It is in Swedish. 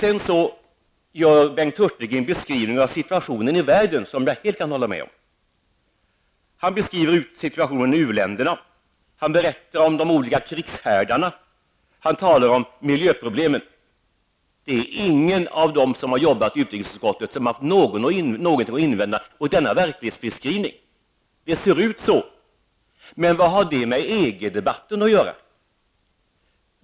Sedan gör Bengt Hurtig en beskrivning av situationen i världen som jag helt kan hålla med om. Han beskriver situationen i u-länderna. Han berättar om de olika krigshärdarna. Han talar om miljöproblemen. Ingen av dem som har deltagit i utrikesutskottets arbete har något att invända mot denna verklighetsbeskrivning. Det ser ut så. Men vad har det med EG-debatten att göra?